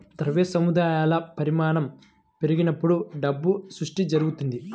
ద్రవ్య సముదాయాల పరిమాణం పెరిగినప్పుడు డబ్బు సృష్టి జరుగుతది